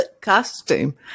costume